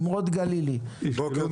אגב,